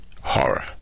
Horror